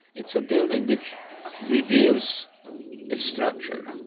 it's a building which reveals its structure